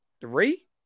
three